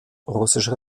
russische